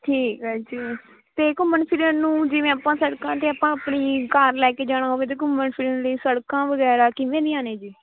ਠੀਕ ਹੈ ਜੀ ਅਤੇ ਘੁੰਮਣ ਫਿਰਨ ਨੂੰ ਜਿਵੇਂ ਆਪਾਂ ਸੜਕਾਂ 'ਤੇ ਆਪਾਂ ਆਪਣੀ ਕਾਰ ਲੈ ਕੇ ਜਾਣਾ ਹੋਵੇ ਅਤੇ ਘੁੰਮਣ ਫਿਰਨ ਲਈ ਸੜਕਾਂ ਵਗੈਰਾ ਕਿਵੇਂ ਦੀਆਂ ਨੇ ਜੀ